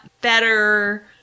better